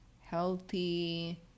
Healthy